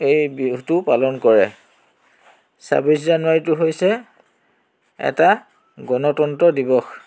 এই বিহুটো পালন কৰে ছাব্বিছ জানুৱাৰীটো হৈছে এটা গণতন্ত্ৰ দিৱস